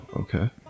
okay